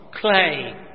clay